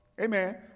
Amen